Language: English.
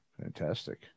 Fantastic